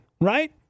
right